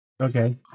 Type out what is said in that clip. Okay